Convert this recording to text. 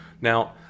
Now